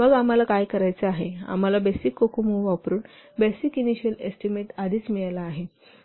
मग आम्हाला काय करायचे आहे आम्हाला बेसिक कोकोमो वापरुन बेसिक इनिशिअल एस्टीमेट आधीच मिळाला आहे